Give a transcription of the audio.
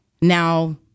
Now